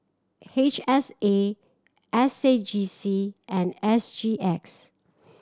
H S A S A J C and S G X